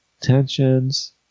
tensions